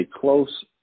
close